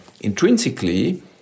intrinsically